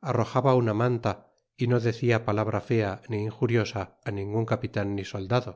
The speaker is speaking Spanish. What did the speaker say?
arrojaba una manta y no decia palabra fea ni injuriosa ningun capitan ni soldado